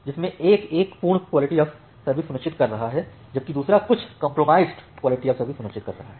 जिसमे एक एक पूर्ण QoS सुनिश्चित कर रहा है जबकि दूसरा कुछ compromised QoS सुनिश्चित कर रहा है